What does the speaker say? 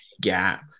gap